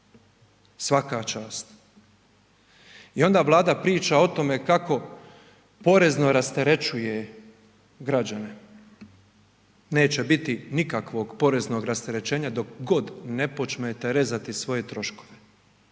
svaka čast. I onda Vlada priča o tome kako porezno rasterećuje građane, neće biti nikakvog poreznog rasterećenja dok god ne počnete rezati svoje troškove,